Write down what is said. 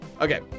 Okay